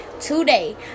today